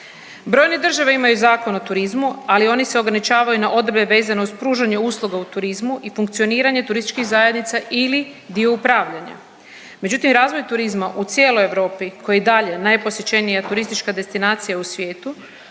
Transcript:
Brojen države imaju zakon o turizmu, ali oni se ograničavaju na odredbe vezano uz pružanje usluga u turizmu i funkcioniranje turističkih zajednica ili dio upravljanja. Međutim, razvoj turizma u cijeloj Europi koji i dalje najposjećenija turistička destinacija u svijetu,